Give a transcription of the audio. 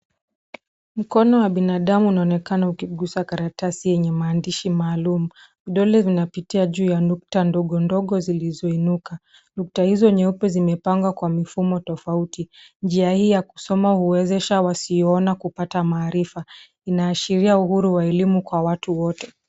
Mkono wa binadamu unaonekana ukigusa karatasi yenye maandishi maalum. Vidole vinapitia juu na nukta ndogo ndogo zilizoinuka. Nukta hizo nyeupe zimepangwa kwa mifumo tofauti. Njia hii ya kusoma huwezesha wasiyoona kupata maarifa. Inaashiria uhuru wa elimu kwa watu wote.